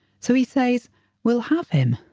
so he says we'll have him.